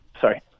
sorry